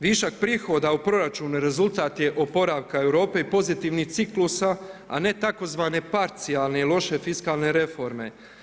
Višak prihoda u proračunu rezultat je oporavka Europe i pozitivnih ciklusa, a ne tzv. parcijalne i loše fiskalne reforme.